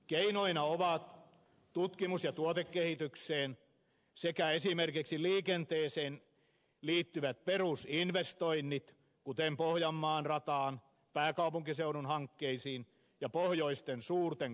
keinoina ovat tutkimus ja tuotekehitykseen sekä esimerkiksi liikenteeseen liittyvät perusinvestoinnit kuten pohjanmaan rataan pääkaupunkiseudun hankkeisiin ja pohjoisten suurten kaivoshankkeiden yhteyksiin